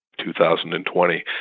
2020